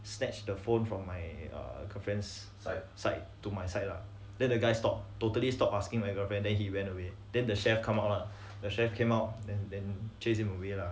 snatched the phone from my err my girlfriend side to my side lah then the guys stop totally stop asking my girlfriend then he went away then the chef come out lah the chef came out then then chased him away lah